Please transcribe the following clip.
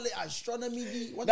astronomy